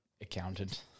Accountant